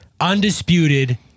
undisputed